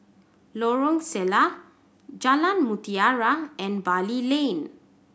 Lorong Salleh Jalan Mutiara and Bali Lane